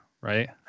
right